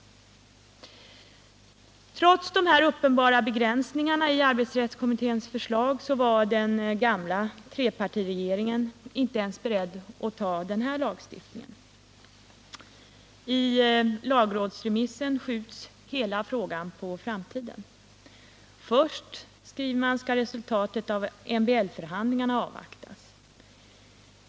Trots dessa uppenbara begränsningar i arbetsrättskommitténs förslag var den gamla trepartiregeringen inte ens beredd att ta en sådan här lagstiftning. I lagrådsremissen skjuts hela frågan på framtiden. Först skall resultatet av MBL-förhandingarna avvaktas, säger man.